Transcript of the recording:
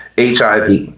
HIV